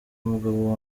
umugabo